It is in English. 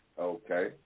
Okay